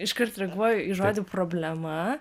iškart reaguoju į žodį problema